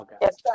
Yes